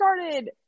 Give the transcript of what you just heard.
started